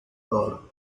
dar